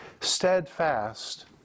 steadfast